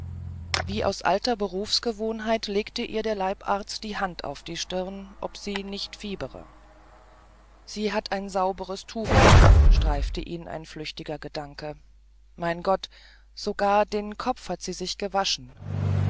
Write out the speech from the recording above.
wie aus alter berufsgewohnheit legte ihr der leibarzt die hand auf die stirn ob sie nicht fiebere sie hat ein sauberes tuch um streifte ihn ein flüchtiger gedanke mein gott sogar den kopf hat sie sich gewaschen